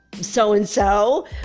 so-and-so